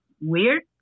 weird